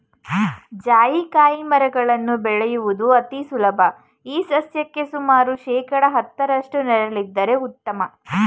ಜಾಯಿಕಾಯಿ ಮರಗಳನ್ನು ಬೆಳೆಯುವುದು ಅತಿ ಸುಲಭ ಈ ಸಸ್ಯಕ್ಕೆ ಸುಮಾರು ಶೇಕಡಾ ಹತ್ತರಷ್ಟು ನೆರಳಿದ್ದರೆ ಉತ್ತಮ